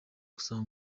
yicaye